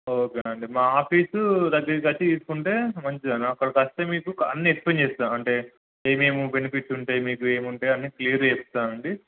okay అండి మా office దగ్గరికోచి తీసుకుంటే మంచిదండి అక్కడకొస్తే మీకు అన్ని ఎక్స్ప్లేయిన్ చేస్తా అంటే ఏమేమీ బెనిఫిట్స్ ఉంటాయి మీకు ఏముంటాయి అన్ని క్లియర్గా చెప్తానండి